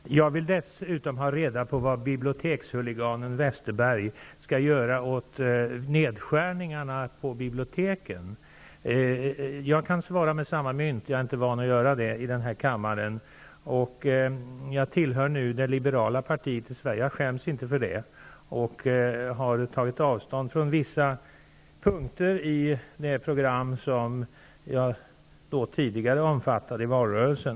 Fru talman! Jag vill dessutom ha reda på vad bibliotekshuliganen Westerberg skall göra åt nedskärningarna på biblioteken. -- Jag kan svara med samma mynt, även om jag inte är van att göra det, här i kammaren. Jag tillhör nu det liberala partiet i Sverige -- jag skäms inte för det -- och har tagit avstånd från vissa punkter i det program som jag omfattade i valrörelsen.